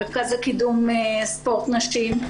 מרכז הקידום ספורט נשים,